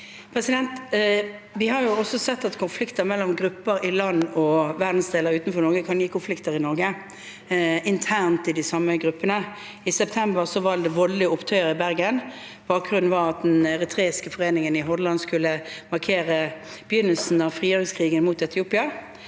Vi har også sett at kon- flikter mellom grupper i land og verdensdeler utenfor Norge kan gi konflikter i Norge, internt i de samme gruppene. I september var det voldelige opptøyer i Bergen. Bakgrunnen var at den eritreiske foreningen i Hordaland skulle markere begynnelsen av frigjøringskrigen mot Etiopia.